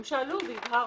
הם שאלו והבהרנו.